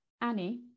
Annie